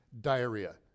diarrhea